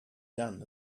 done